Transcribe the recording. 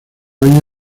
año